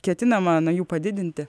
ketinama na jų padidinti